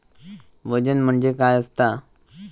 वजन म्हणजे काय असता?